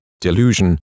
delusion